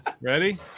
Ready